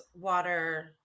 water